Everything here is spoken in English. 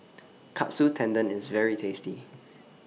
Katsu Tendon IS very tasty